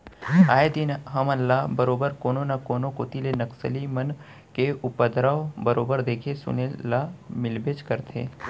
आए दिन हमन ल बरोबर कोनो न कोनो कोती ले नक्सली मन के उपदरव बरोबर देखे सुने ल मिलबेच करथे